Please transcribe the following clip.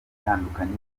itandukanye